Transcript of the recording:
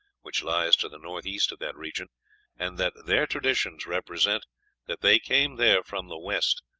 which lies to the north-west of that region and that their traditions represent that they came there from the west,